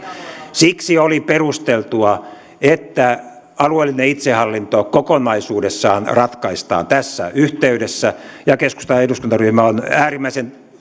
siksi oli perusteltua että alueellinen itsehallinto kokonaisuudessaan ratkaistaan tässä yhteydessä ja keskustan eduskuntaryhmä on äärimmäisen